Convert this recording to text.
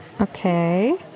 okay